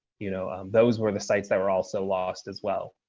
you know those were the sites that were also lost as well.